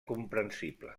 comprensible